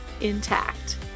intact